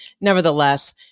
Nevertheless